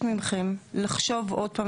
ממכם לחשוב עוד פעם,